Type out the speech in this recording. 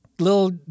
Little